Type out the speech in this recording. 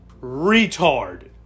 retard